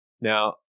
Now